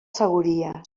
segúries